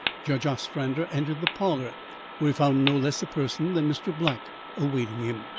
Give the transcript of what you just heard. judge ostrander entered the parlour where he found no less a person than mr. black awaiting him.